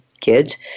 kids